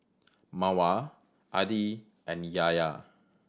Mawar Adi and Yahya